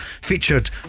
featured